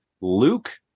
luke